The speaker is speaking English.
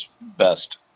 best